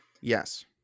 Yes